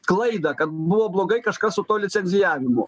klaidą kad buvo blogai kažkas su tuo licencijavimu